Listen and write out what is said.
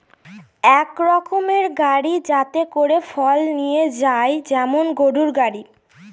এক রকমের গাড়ি যাতে করে ফল নিয়ে যায় যেমন গরুর গাড়ি